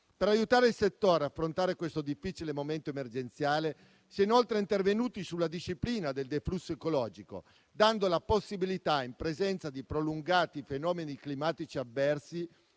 Per aiutare il settore ad affrontare questo difficile momento emergenziale, si è inoltre intervenuti sulla disciplina del deflusso ecologico, dando la possibilità, in presenza di prolungati fenomeni climatici avversi,